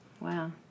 Wow